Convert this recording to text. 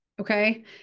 Okay